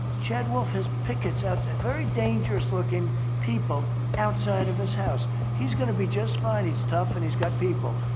chad wolf has pickets outside very dangerous-looking people outside of his house. he's gonna be just fine. he's tough, and he's got people.